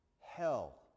hell